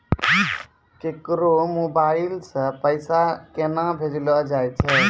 केकरो मोबाइल सऽ पैसा केनक भेजलो जाय छै?